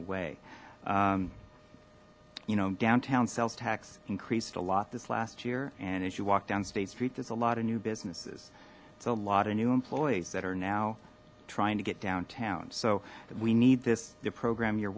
away you know downtown sales tax increased a lot this last year and as you walk down state street there's a lot of new businesses it's a lot of new employees that are now trying to get downtown so we need this the program you're